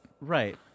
Right